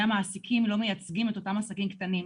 המעסיקים לא מייצגים את אותם עסקים קטנים.